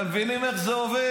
אתם מבינים איך זה עובד?